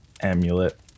amulet